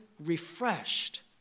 refreshed